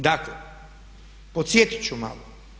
Dakle, podsjetit ću malo.